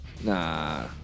Nah